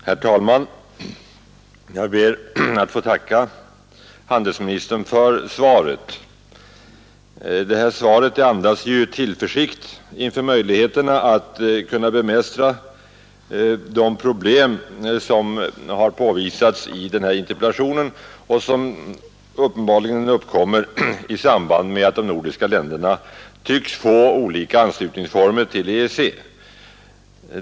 Herr talman! Jag ber att få tacka handelsministern för svaret. Det andas ju tillförsikt inför möjligheterna att bemästra de problem som har påvisats i interpellationen och som uppenbarligen uppkommer i samband med att de nordiska länderna tycks få olika former av anslutning till EEC.